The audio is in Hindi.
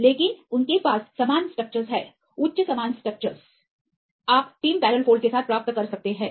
लेकिन उनके पास समान स्ट्रक्चर्स हैं उच्च समान स्ट्रक्चर्स आप टिम बैरल फोल्डके साथ प्राप्त कर सकते हैं